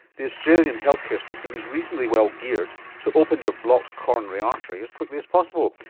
the australian healthcare system is reasonably well geared to open your blocked coronary artery as quickly as possible,